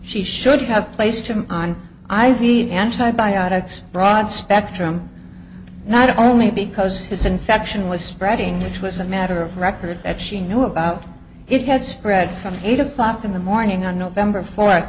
she should have placed him on i v antibiotics broad spectrum not only because his infection was spreading which was a matter of record that she knew about it had spread from eight o'clock in the morning on november four